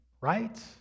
right